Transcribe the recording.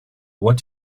what